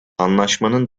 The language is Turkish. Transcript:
anlaşmanın